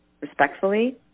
respectfully